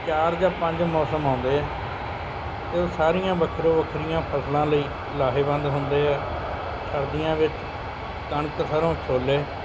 ਚਾਰ ਜਾਂ ਪੰਜ ਮੌਸਮ ਆਉਂਦੇ ਆ ਤੇ ਉਹ ਸਾਰੀਆਂ ਵੱਖਰੋਂ ਵੱਖਰੀਆਂ ਫ਼ਸਲਾਂ ਲਈ ਲਾਹੇਵੰਦ ਹੁੰਦੇ ਆ ਸਰਦੀਆਂ ਵਿੱਚ ਕਣਕ ਸਰੋਂ ਛੋਲੇ